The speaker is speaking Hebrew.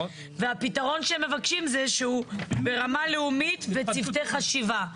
והפתרון שהם מבקשים זה פתרון ברמה הלאומית וצוותי חשיבה.